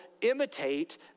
imitate